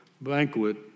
banquet